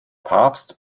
papst